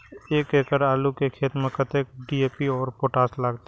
एक एकड़ आलू के खेत में कतेक डी.ए.पी और पोटाश लागते?